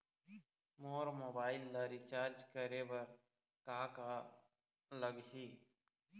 मोर mobile ला recharge करे बर का का लगही?